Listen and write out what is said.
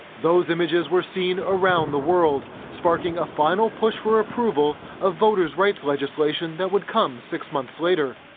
those images were seen around the world, sparking a final push for approval of voters' rights legislation that would come six months later.